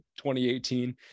2018